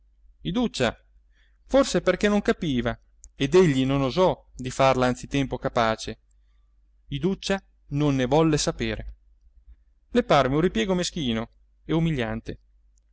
iduccia forse perché non capiva ed egli non osò di farla anzi tempo capace iduccia non volle saperne le parve un ripiego meschino e umiliante